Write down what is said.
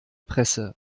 presse